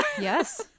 Yes